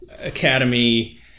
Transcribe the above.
academy